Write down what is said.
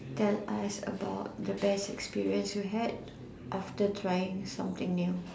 tell us about the best experience you had after trying something new